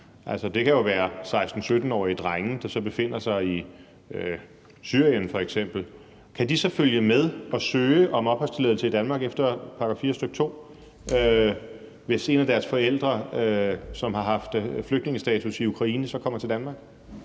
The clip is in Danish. det kan jo være 16-17-årige drenge, der befinder sig i Syrien f.eks. Kan de så følge med og søge om opholdstilladelse i Danmark efter § 4, stk. 2, hvis en af deres forældre, som har haft flygtningestatus i Ukraine, så kommer til Danmark?